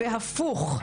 והפוך,